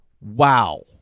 Wow